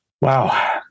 Wow